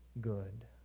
good